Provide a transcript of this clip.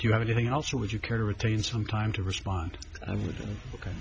do you have anything else or would you care to retain some time to respond